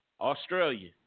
Australia